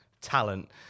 talent